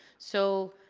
so,